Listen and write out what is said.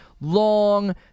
long